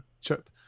chip